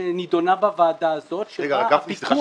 שנדונה בוועדה הזאת אגב פיקוח -- גפני,